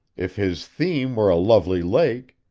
if his theme were a lovely lake,